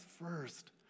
first